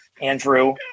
Andrew